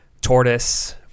tortoise